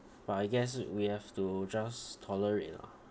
but I guess we have to just tolerate lah